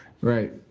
Right